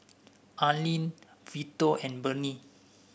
Alene Vito and Burney